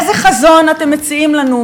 איזה חזון אתם מציעים לנו,